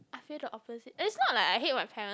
I feel the opposite it's not like I hate my parents